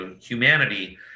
humanity